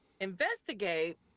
investigate